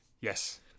Yes